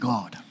God